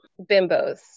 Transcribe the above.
bimbos